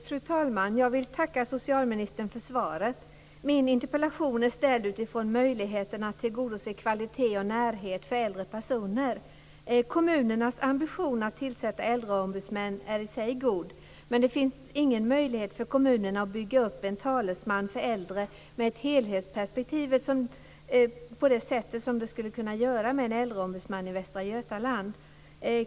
Fru talman! Jag vill tacka socialministern för svaret. Min interpellation är ställd utifrån möjligheten att tillgodose kvalitet och närhet för äldre personer. Kommunernas ambition att tillsätta äldreombudsmän är i sig god. Men det finns ingen möjlighet för kommunerna att bygga upp en talesman för äldre med ett helhetsperspektiv på det sätt som vi skulle kunna göra med en äldreombudsman i Västra Götaland.